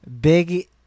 Big